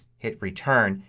hit return,